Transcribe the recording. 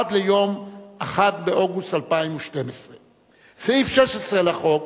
עד ליום 1 באוגוסט 2012. סעיף 16 לחוק